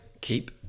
keep